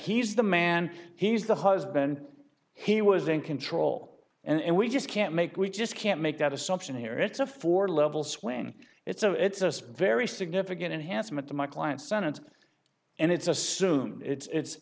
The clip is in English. he's the man he's the husband he was in control and we just can't make we just can't make that assumption here it's a four level swing it's a it's us very significant enhancement to my client's sentence and it's assumed it's